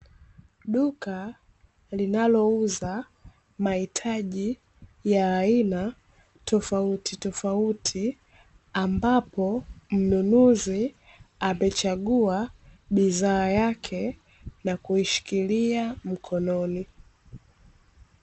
Duka linalouza mahitaji ya aina tofautitofauti, ambapo mnunuzi amechagua bidhaa yake na kuishikilia mkononi.